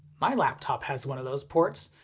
my laptop has one of those ports.